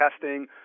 testing